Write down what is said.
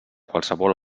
qualsevol